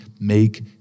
make